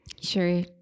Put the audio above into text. sure